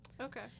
Okay